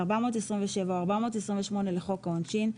427 או 428 לחוק העונשין,